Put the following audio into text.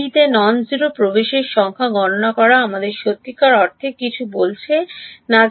b তে non zero প্রবেশের সংখ্যা গণনা করা আমাদের সত্যিকার অর্থে কিছু বলছে না